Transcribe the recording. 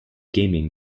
gaming